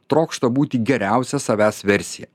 trokšta būti geriausia savęs versija